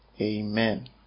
Amen